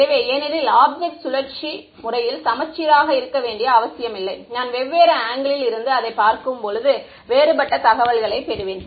எனவே ஏனெனில் ஆப்ஜெக்ட் சுழற்சி முறையில் சமச்சீராக இருக்க வேண்டிய அவசியமில்லை நான் வெவ்வேறு ஆங்கிளில் இருந்து அதைப் பார்க்கும்போது வேறுபட்ட தகவல்களைப் பெறுவேன்